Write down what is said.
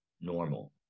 normal